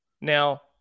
Now